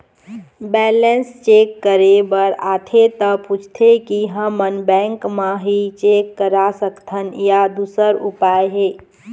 Balance check करे बर आथे ता पूछथें की हमन बैंक मा ही चेक करा सकथन या दुसर भी उपाय हे?